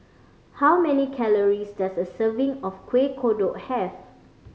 how many calories does a serving of Kuih Kodok have